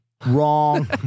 Wrong